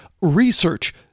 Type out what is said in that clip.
research